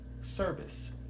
service